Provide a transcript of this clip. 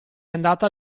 andata